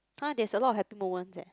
!huh! there is a lot of happy moments leh